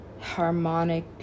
harmonic